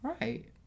Right